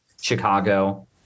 Chicago